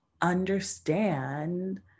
understand